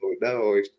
No